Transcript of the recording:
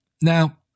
Now